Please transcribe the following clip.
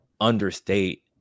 understate